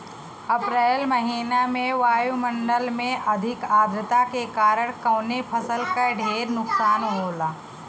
अप्रैल महिना में वायु मंडल में अधिक आद्रता के कारण कवने फसल क ढेर नुकसान होला?